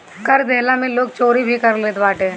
कर देहला में लोग चोरी भी कर लेत बाटे